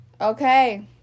Okay